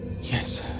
yes